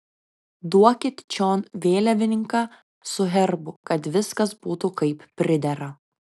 duokit čion vėliavininką su herbu kad viskas būtų kaip pridera